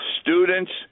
Students